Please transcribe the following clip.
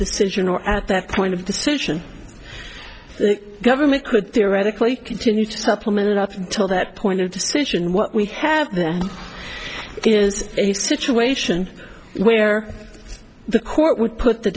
decision or at that point of decision the government could theoretically continue to supplement it up until that point of decision what we have there is a situation where the court would put the